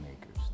makers